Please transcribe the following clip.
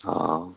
हां